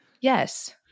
Yes